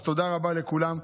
אז תודה רבה לכולם.